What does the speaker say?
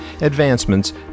advancements